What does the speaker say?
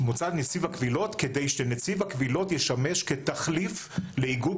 מוסד נציב קבילות כדי שנציב הקבילות ישמש כתחליף לאיגוד